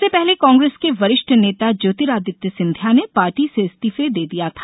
इससे पहले कांग्रेस के वरिष्ठ नेता ज्योतिरादित्य सिंधिया ने पार्टी से इस्तीफा दे दिया था